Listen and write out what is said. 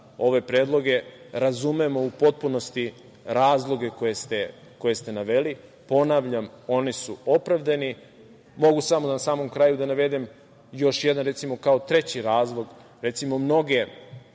ove predloge. Razumemo u potpunosti razloge koje ste naveli. Ponavljam, oni su opravdani, mogu samo na samom kraju da navedem još jedan, recimo kao treći razlog, recimo mnoge